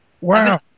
Wow